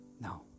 No